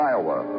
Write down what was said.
Iowa